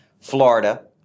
Florida